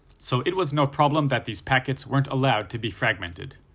so it was no problem that these packets weren't allowed to be fragmented.